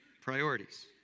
priorities